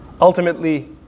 Ultimately